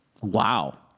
Wow